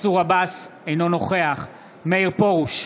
אינו נוכח מאיר פרוש,